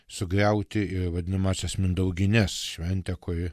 sugriauti vadinamąsias mindaugines šventę kuri